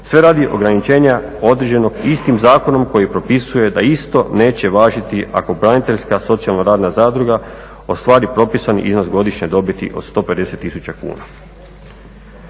sve radi ograničenja određenog istim zakonom koji je propisuje da isto neće važiti ako braniteljska socijalna radna zadruga ostvari propisani iznos godišnje dobiti od 150 tisuća kuna.